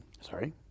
Sorry